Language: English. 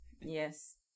Yes